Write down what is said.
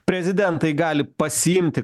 prezidentai gali pasiimti